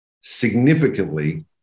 significantly